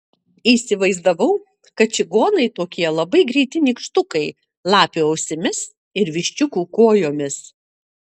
įsivaizdavau kad čigonai tokie labai greiti nykštukai lapių ausimis ir viščiukų kojomis